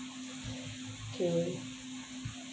okay